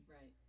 right